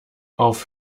auf